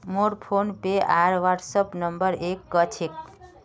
मोर फोनपे आर WhatsApp number एक क छेक